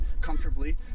comfortably